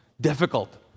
difficult